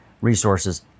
resources